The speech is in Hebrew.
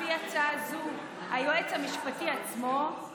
לפי הצעה זו: היועץ המשפטי עצמו,